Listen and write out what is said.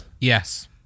yes